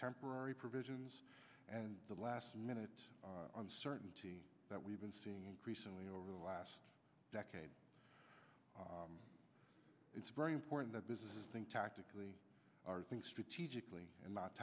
temporary provisions and the last minute uncertainty that we've been seeing increasingly over the last decade it's very important that businesses think tactically are think strategically and not